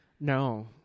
No